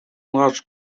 large